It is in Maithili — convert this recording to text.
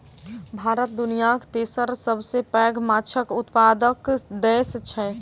भारत दुनियाक तेसर सबसे पैघ माछक उत्पादक देस छै